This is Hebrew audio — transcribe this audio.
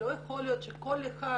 לא יכול להיות שכל אחד